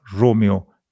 Romeo